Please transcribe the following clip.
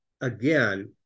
again